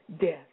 death